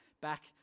back